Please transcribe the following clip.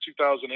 2008